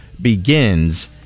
begins